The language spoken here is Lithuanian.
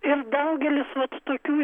ir daugelis tokių